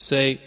Say